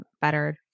better